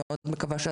יש קבוצה שנייה,